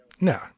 no